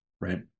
right